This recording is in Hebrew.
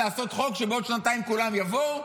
לעשות חוק שבעוד שנתיים כולם יבואו,